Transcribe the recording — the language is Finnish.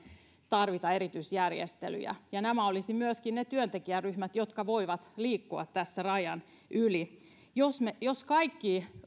tarvita erityisjärjestelyjä ja nämä olisivat myöskin ne työntekijäryhmät jotka voivat liikkua tässä rajan yli jos kaikki